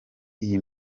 iyi